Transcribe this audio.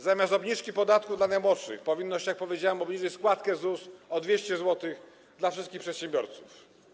Zamiast obniżki podatku dla najmłodszych powinno się, jak powiedziałem, obniżyć składkę ZUS o 200 zł dla wszystkich przedsiębiorców.